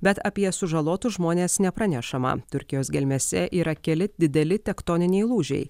bet apie sužalotus žmones nepranešama turkijos gelmėse yra keli dideli tektoniniai lūžiai